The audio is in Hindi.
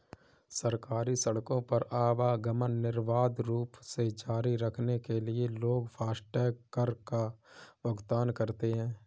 सरकारी सड़कों पर आवागमन निर्बाध रूप से जारी रखने के लिए लोग फास्टैग कर का भुगतान करते हैं